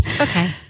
okay